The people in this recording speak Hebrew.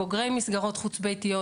בוגרי מסגרות חוץ-ביתיות,